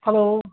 hello